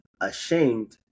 ashamed